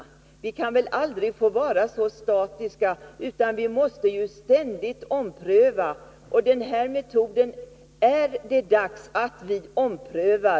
Vi kan aldrig få vara statiska, utan vi måste ständigt ompröva — och det är nu dags att ompröva den här metoden.